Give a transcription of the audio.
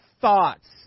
thoughts